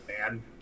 man